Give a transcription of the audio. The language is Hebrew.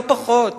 לא פחות,